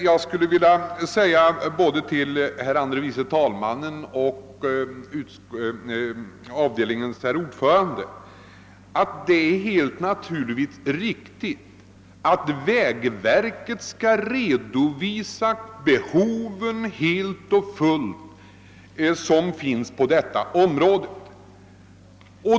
Jag vill säga till både herr andre vice talmannen och avdelningens herr ordförande, att jag anser det helt naturligt att vägverket skall redovisa alla de behov som finns på detta område.